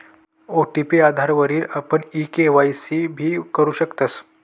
OTP आधारवरी आपण e KYC भी करु शकतस